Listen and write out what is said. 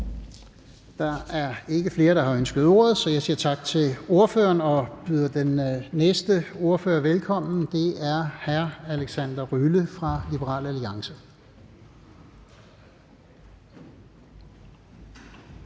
Der er ikke flere, der ønsker ordet, så jeg siger tak til ordføreren og byder den næste ordfører velkommen. Det er hr. Alexander Ryle fra Liberal Alliance.